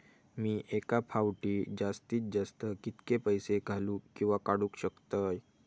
मी एका फाउटी जास्तीत जास्त कितके पैसे घालूक किवा काडूक शकतय?